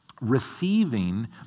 receiving